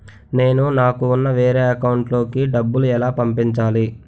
నేను నాకు ఉన్న వేరే అకౌంట్ లో కి డబ్బులు ఎలా పంపించాలి?